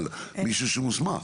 אבל מישהו שהוא מוסמך?